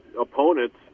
opponents